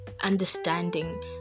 understanding